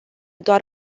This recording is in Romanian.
doar